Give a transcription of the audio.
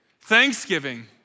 Thanksgiving